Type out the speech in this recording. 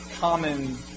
common